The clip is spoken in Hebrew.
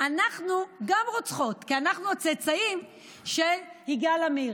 אנחנו גם רוצחות, כי אנחנו הצאצאים של יגאל עמיר.